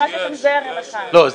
אני מכירה שיש שם זרם אחד.